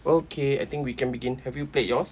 okay I think we can begin have you played yours